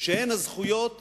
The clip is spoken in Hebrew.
שהן הזכויות